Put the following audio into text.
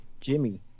Jimmy